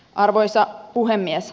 arvoisa puhemies